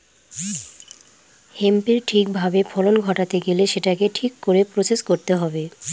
হেম্পের ঠিক ভাবে ফলন ঘটাতে গেলে সেটাকে ঠিক করে প্রসেস করতে হবে